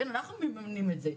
אנחנו מממנים את זה,